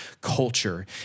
culture